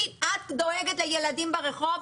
את דואגת לילדים ברחוב?